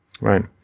Right